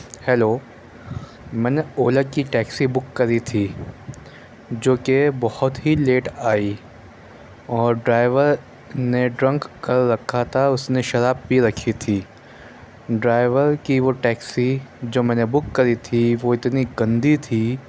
hello میں نے اولا کی ٹیکسی بک کری تھی جو کہ بہت ہی لیٹ آئی اور ڈرائیور نے ڈرنک کر رکھا تھا اس نے شراب پی رکھی تھی ڈرائیور کی وہ ٹیکسی جو میں نے بک کری تھی وہ اتنی گندی تھی